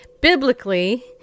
biblically